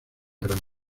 gran